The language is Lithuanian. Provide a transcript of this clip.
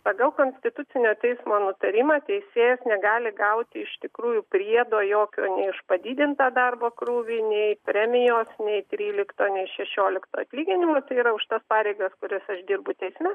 pagal konstitucinio teismo nutarimą teisėjas negali gauti iš tikrųjų priedo jokio nei už padidintą darbo krūvį nei premijos nei trylikto nei šešiolikto atlyginimo tai yra už tas pareigas kurias aš dirbu teisme